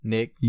Nick